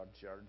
church